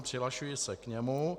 Přihlašuji se k němu.